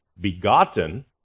begotten